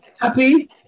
happy